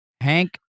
Hank